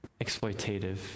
exploitative